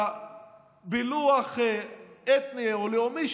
בפילוח אתני או לאומי,